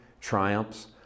triumphs